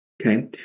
Okay